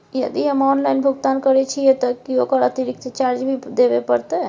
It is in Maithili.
यदि हम ऑनलाइन भुगतान करे छिये त की ओकर अतिरिक्त चार्ज भी देबे परतै?